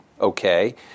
okay